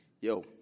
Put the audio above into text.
Yo